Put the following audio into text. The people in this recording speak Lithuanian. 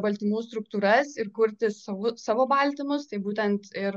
baltymų struktūras ir kurti savu savo baltymus tai būtent ir